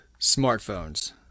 Smartphones